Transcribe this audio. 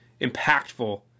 impactful